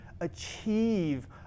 achieve